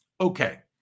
Okay